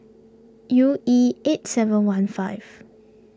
U E eight seven one five